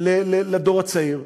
לדור הצעיר.